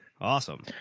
Awesome